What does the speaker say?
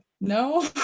no